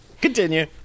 Continue